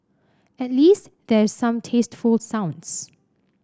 at least there's some tasteful sounds